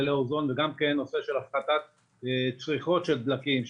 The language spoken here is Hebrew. חומרים מדללי אוזון וגם נושא הפחתת צריכות של דלקים,